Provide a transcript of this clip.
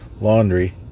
laundry